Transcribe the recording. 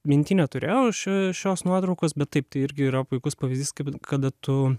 mintinį neturėjau šios nuotraukos bet taip tai irgi yra puikus pavyzdys kaip kada tu